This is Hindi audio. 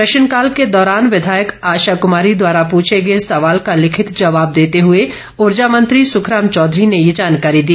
प्रश्नकाल के दौरान विधायक आशा कुमारी द्वारा प्रछे गए सवाल का लिखित जवाब देते हुए ऊर्जा मंत्री सुखराम चौधरी ने ये जानकारी दी